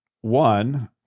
One